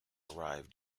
arrived